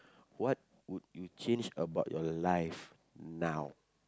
what would you change about your life now